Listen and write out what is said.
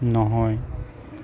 নহয়